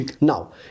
Now